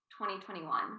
2021